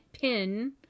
pin